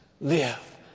live